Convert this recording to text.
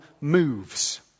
moves